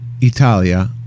Italia